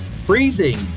freezing